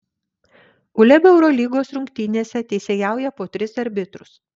uleb eurolygos rungtynėse teisėjauja po tris arbitrus